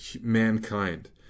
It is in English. mankind